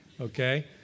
okay